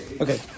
Okay